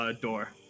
door